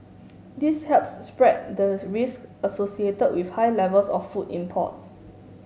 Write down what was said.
this helps spread the risk associated with high levels of food imports